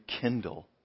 kindle